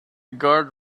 guard